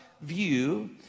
view